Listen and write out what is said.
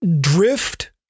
drift